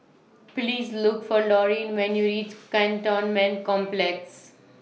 Please Look For Lorene when YOU REACH Cantonment Complex